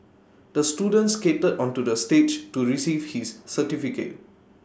the student skated onto the stage to receive his certificate